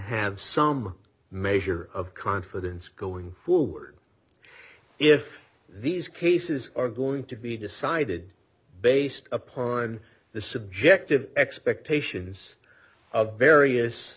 have some measure of confidence going forward if these cases are going to be decided based upon the subjective expectations of various